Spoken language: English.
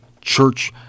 church